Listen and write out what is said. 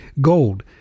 gold